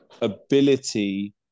ability